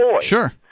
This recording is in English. Sure